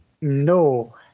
No